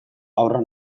haurra